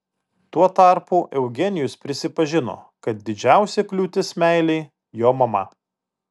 tuo tarpu eugenijus prisipažino kad didžiausia kliūtis meilei jo mama